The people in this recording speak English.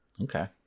Okay